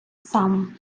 сам